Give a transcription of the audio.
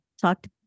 talked